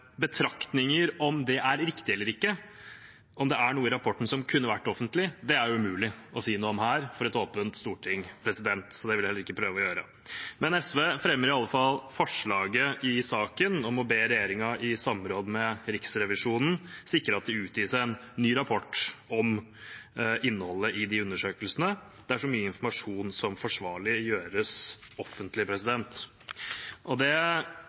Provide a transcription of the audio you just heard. Betraktninger om det er riktig eller ikke, om det er noe i rapporten som kunne vært offentlig, er det jo umulig å si noe om her – for et åpent storting – så det vil jeg heller ikke prøve å gjøre. Men SV fremmer iallfall forslaget i saken, om å be regjeringen i samråd med Riksrevisjonen sikre at det utgis en ny rapport om innholdet i de undersøkelsene, der så mye informasjon som forsvarlig gjøres offentlig. Det er godt mulig at det